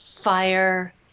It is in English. fire